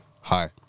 hi